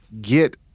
get